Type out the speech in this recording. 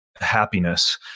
happiness